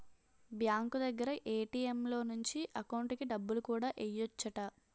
bank దగ్గర ATM లో నుంచి ఎకౌంటుకి డబ్బులు కూడా ఎయ్యెచ్చట